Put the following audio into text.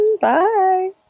bye